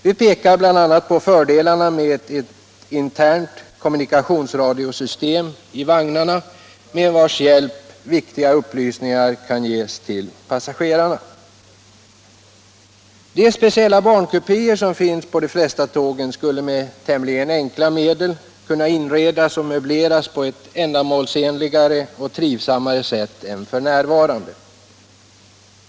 Vi pekar bl.a. på fördelarna med ett internt kommunikationsradiosystera i vagnarna med vars hjälp viktiga upplysningar kan ges till passagerarna. De speciella barnkupéer som finns på de flesta tågen skulle med tämligen enkla medel kunna inredas och möbleras på ett ändamålsenligare och trivsammare sätt än f.n.